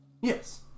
Yes